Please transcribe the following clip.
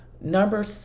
Number